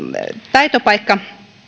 taitopaikka